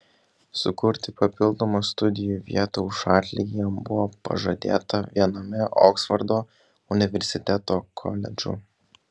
sukurti papildomą studijų vietą už atlygį jam buvo pažadėta viename oksfordo universiteto koledžų